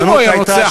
אם הוא היה רוצח, כן.